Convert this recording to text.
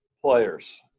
players